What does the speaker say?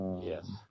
Yes